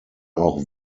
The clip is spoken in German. auch